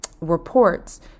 reports